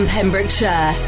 Pembrokeshire